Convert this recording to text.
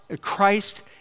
Christ